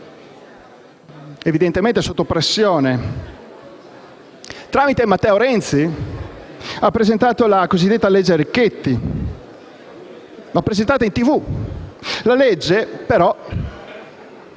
evidentemente sotto pressione, tramite Matteo Renzi ha presentato la cosiddetta legge Richetti, ma l'ha presentata in televisione perché